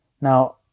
now